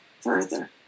further